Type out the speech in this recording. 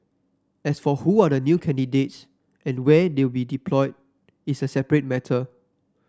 as for who are the new candidates and where they will be deployed is a separate matter